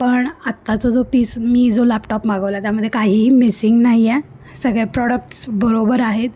पण आत्ताचा जो पीस मी जो लॅपटॉप मागवला त्यामध्ये काहीही मिसिंग नाही आहे सगळे प्रॉडक्ट्स बरोबर आहेत